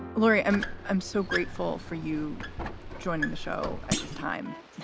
laurie, i'm i'm so grateful for you joining the show at this time,